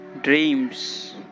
dreams